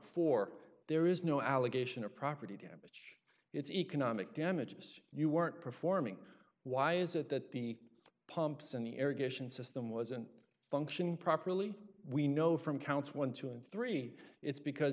for there is no allegation of property damage it's economic damages you weren't performing why is it that the pumps in the air geishas system wasn't functioning properly we know from counts twelve and three it's because